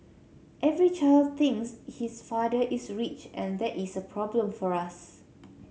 every child thinks his father is rich and that is a problem for us